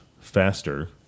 faster